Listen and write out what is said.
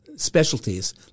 Specialties